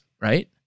right